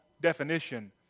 definition